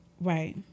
right